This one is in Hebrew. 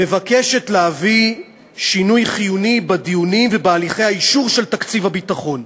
מבקשת להביא שינוי חיוני בדיונים ובהליכי האישור של תקציב הביטחון.